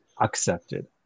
accepted